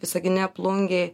visagine plungėj